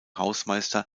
hausmeister